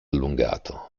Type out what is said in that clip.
allungato